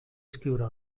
escriure